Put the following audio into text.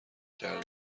کردم